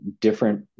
different